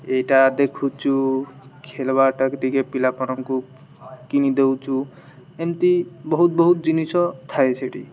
ଏଇଟା ଦେଖୁଛୁ ଖେଲବାଟାକୁ ଟିକେ ପିଲାମାନଙ୍କୁ କିଣି ଦଉଛୁ ଏମିତି ବହୁତ ବହୁତ ଜିନିଷ ଥାଏ ସେଠି